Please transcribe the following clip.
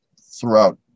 throughout